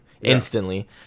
instantly